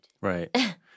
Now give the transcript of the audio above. Right